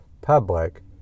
public